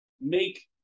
make